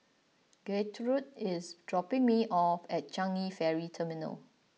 Gertrude is dropping me off at Changi Ferry Terminal